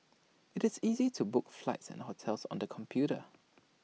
IT is easy to book flights and hotels on the computer